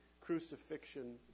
crucifixion